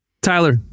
Tyler